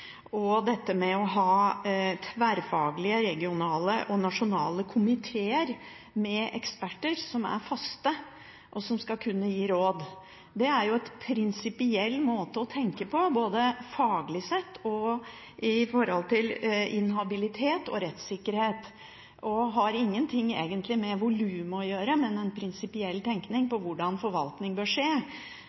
og dette med å ha tverrfaglige regionale og nasjonale komiteer med eksperter som er faste, og som skal kunne gi råd. Det er en prinsipiell måte å tenke på, både faglig sett og når det gjelder inhabilitet og rettssikkerhet. Det har egentlig ingenting med volum å gjøre, men er en prinsipiell tenkning knyttet til hvordan forvaltning bør skje.